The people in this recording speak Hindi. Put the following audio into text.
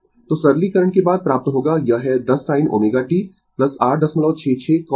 तो सरलीकरण के बाद प्राप्त होगा यह है 10 sin ω t 866 cosω t